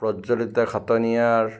Prajjalita Khataniar